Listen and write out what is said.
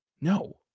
No